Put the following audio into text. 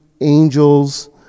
angels